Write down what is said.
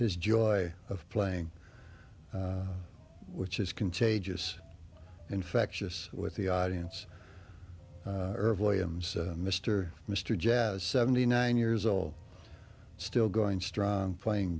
his joy of playing which is contagious infectious with the audience irv williams mr mr jazz seventy nine years old still going strong playing